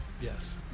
yes